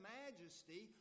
majesty